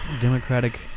Democratic